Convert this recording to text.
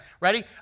Ready